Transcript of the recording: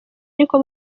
ariko